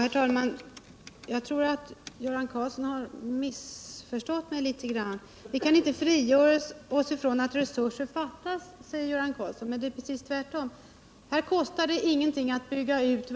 Herr talman! Jag tror att Göran Karlsson har missförstått mig litet grand. Vi kan inte frigöra oss ifrån att resurser fattas, säger Göran Karlsson, men det är precis tvärtom. Här kostar det ingenting för sjukvårdshuvudmännen att bygga ut